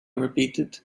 repeated